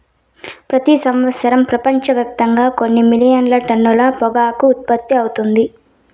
ప్రతి సంవత్సరం ప్రపంచవ్యాప్తంగా కొన్ని మిలియన్ టన్నుల పొగాకు ఉత్పత్తి అవుతుంది